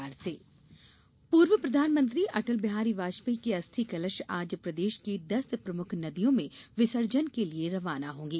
अस्थिकलश पूर्व प्रधानमंत्री अटल बिहारी वाजपेयी के अस्थि कलश आज प्रदेश की दस प्रमुख नदियों में विसर्जन के लिये रवाना होंगे